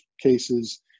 cases